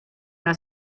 una